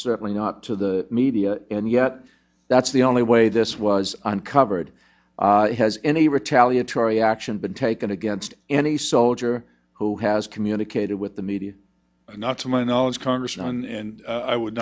certainly not to the media and yet that's the only way this was uncovered has any retaliatory action been taken against any soldier who has communicated with the media not to my knowledge congressman and i would